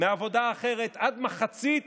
מעבודה אחרת עד מחצית